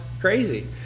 crazy